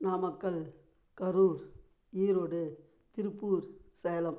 Namakkal Karur Erode Tiruppur Salem